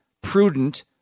prudent